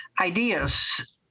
ideas